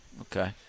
Okay